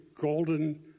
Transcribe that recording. golden